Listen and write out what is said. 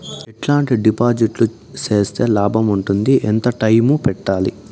ఎట్లాంటి డిపాజిట్లు సేస్తే లాభం ఉంటుంది? ఎంత టైము పెట్టాలి?